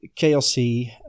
KLC